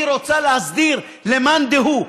היא רוצה להסדיר למאן דהוא,